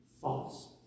False